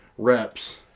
reps